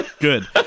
good